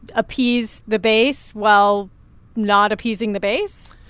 appease the base while not appeasing the base?